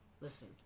Listen